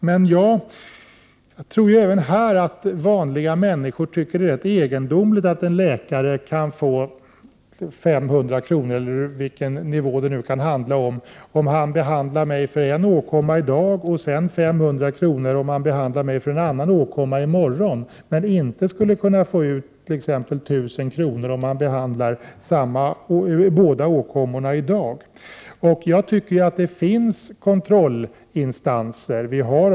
Men jag tror att vanliga människor även i detta sammanhang anser att det är ganska egendomligt att en läkare kan få 500 kr., eller vilken nivå det nu kan handla om, om han behandlar mig för en åkomma i dag och sedan 500 kr. om han behandlar mig för en annan åkomma i morgon, men att han inte skall kunna få ut t.ex. 1 000 kr. om han behandlar båda åkommorna i dag. Jag anser att det finns kontrollinstanser.